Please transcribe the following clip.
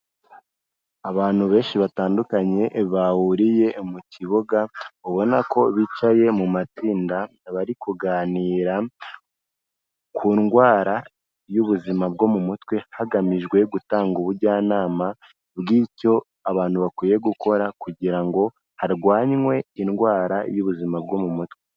Abantu benshi batandukanye bahuriye mu kibuga, ubona ko bicaye mu matsinda bari kuganira ku ndwara y'ubuzima bwo mu mutwe, hagamijwe gutanga ubujyanama bw'icyo abantu bakwiye gukora kugira ngo harwanywe indwara y'ubuzima bwo mu mutwe.